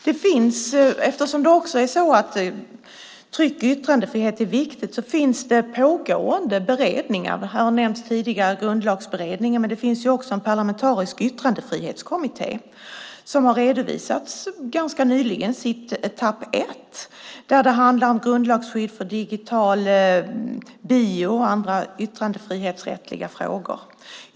Tryck och yttrandefrihet är viktigt, och därför finns det pågående beredningar. Här har tidigare Grundlagsutredningen nämnts, men det finns också en parlamentarisk yttrandefrihetskommitté, som ganska nyligen redovisade sin etapp ett, som handlar om grundlagsskydd för digital bio och andra yttrandefrihetsrättsliga frågor.